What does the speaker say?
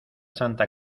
santa